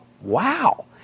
Wow